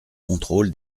contrôle